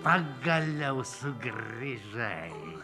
pagaliau sugrįžai